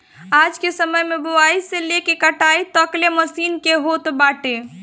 आजके समय में बोआई से लेके कटाई तकले मशीन के होत बाटे